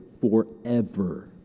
forever